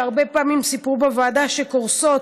שהרבה פעמים סיפרו בוועדה שהן קורסות